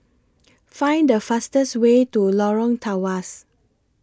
Find The fastest Way to Lorong Tawas